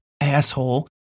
asshole